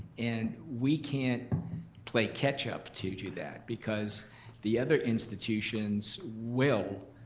and we can't play catch up to do that, because the other institutions will